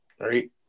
Right